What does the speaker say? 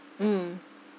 mm